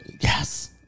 yes